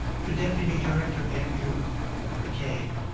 for deputy director andrew mccabe,